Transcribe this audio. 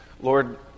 Lord